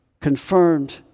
confirmed